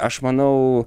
aš manau